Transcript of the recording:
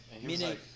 Meaning